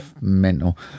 mental